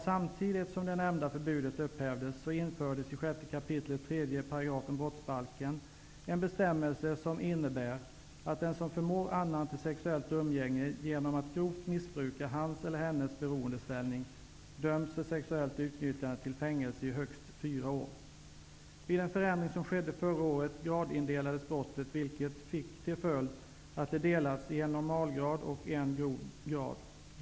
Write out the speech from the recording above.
Samtidigt som det nämnda förbudet upphävdes infördes i 6 kap. 3 § brottsbalken en bestämmelse som innebär att den som genom att grovt missbruka annans beroendeställning förmår honom eller henne till sexuellt umgänge döms för sexuellt utnyttjande till fängelse i högst fyra år. Vid en förändring som skedde förra året gradindelades brottet i en normalgrad och en grov grad.